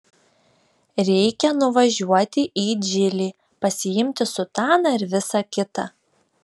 reikia nuvažiuoti į džilį pasiimti sutaną ir visa kita